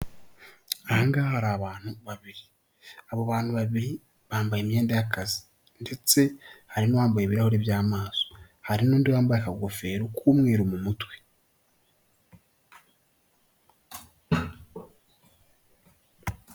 Aha ngaha hari abantu babiri. Abo bantu babiri bambaye imyenda y'akazi ndetse harimo uwambaye ibirahuri by'amaso, hari n'undi wambaye akagofero k'umweru mu mutwe.